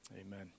amen